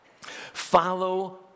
Follow